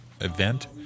event